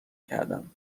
کردم